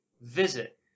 Visit